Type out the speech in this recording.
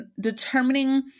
determining